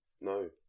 no